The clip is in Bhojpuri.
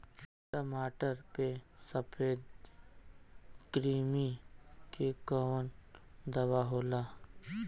टमाटर पे सफेद क्रीमी के कवन दवा होला?